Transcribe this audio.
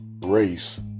race